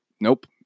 Nope